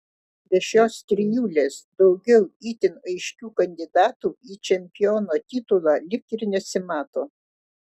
be šios trijulės daugiau itin aiškių kandidatų į čempiono titulą lyg ir nesimato